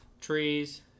trees